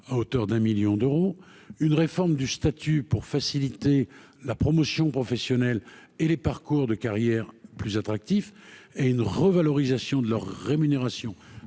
à hauteur d'un 1000000 d'euros, une réforme du statut pour faciliter la promotion professionnelle et les parcours de carrière plus attractif et une revalorisation de leur rémunération